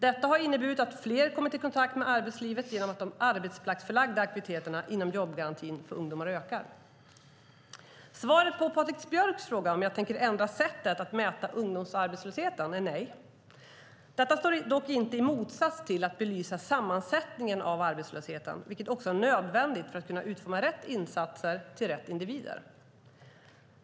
Detta har inneburit att fler kommit i kontakt med arbetslivet genom att de arbetsplatsförlagda aktiviteterna inom jobbgarantin för ungdomar ökar. Svaret på Patrik Björcks fråga om jag tänker ändra sättet att mäta ungdomsarbetslöshet är nej. Detta står dock inte i motsats till att belysa sammansättningen av arbetslösheten, vilket också är nödvändigt för att kunna utforma rätt insatser till rätt individer.